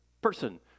person